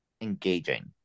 engaging